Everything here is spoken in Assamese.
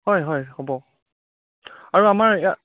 হয় হয় হ'ব আৰু আমাৰ ইয়াত